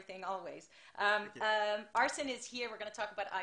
כל תודה רבה לך על כך שארגנת את הפגישה